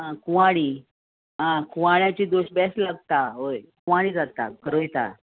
आ कुवाळी आ कुवाळ्याची दोश बेश्ट लागता हय कुवाळी जाता गरयता